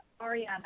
Ariana